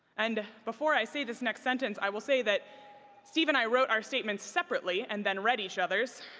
and before i say this next sentence, i will say that steve and i wrote our statements separately and then read each other's,